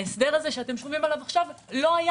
ההסדר הזה שאתם שומעים עליו עכשיו לא היה